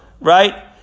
right